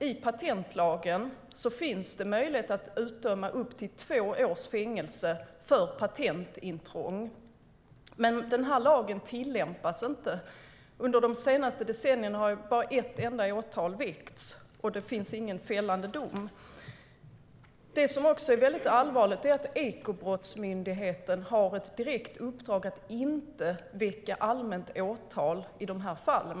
I patentlagen finns det möjlighet att utdöma upp till två års fängelse för patentintrång, men lagen tillämpas inte. Under de senaste decennierna har bara ett enda åtal väckts, och det finns ingen fällande dom. Något som är allvarligt är att Ekobrottsmyndigheten har ett direkt uppdrag att inte väcka allmänt åtal i de här fallen.